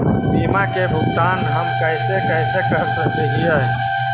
बीमा के भुगतान हम कैसे कैसे कर सक हिय?